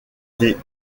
des